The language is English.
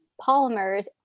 polymers